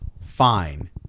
fine